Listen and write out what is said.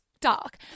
dark